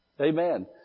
Amen